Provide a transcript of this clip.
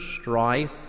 strife